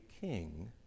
king